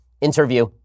interview